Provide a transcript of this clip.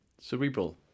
cerebral